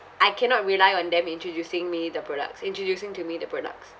I cannot rely on them introducing me the products introducing to me the products